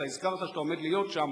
אתה הזכרת שאתה עומד להיות שם,